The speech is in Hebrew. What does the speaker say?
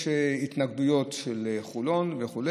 יש התנגדויות של חולון וכו',